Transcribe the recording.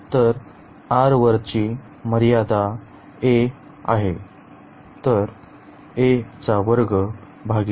तर r वरची मर्यादा a आहे